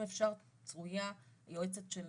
אם אפשר שצרויה תוסיף על